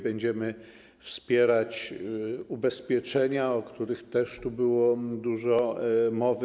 Będziemy wspierać ubezpieczenia, o których też było tu dużo mowy.